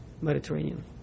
Mediterranean